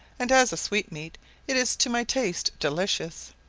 and as a sweetmeat it is to my taste delicious.